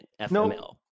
FML